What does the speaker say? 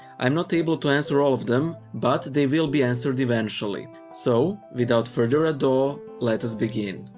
i am not able to answer all of them, but they will be answered eventually. so without further ado, let us begin.